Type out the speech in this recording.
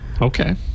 okay